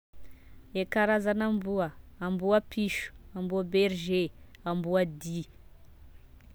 E karazana gn'amboa: amboa piso, amboa berger, amboa dia